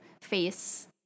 face